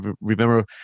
remember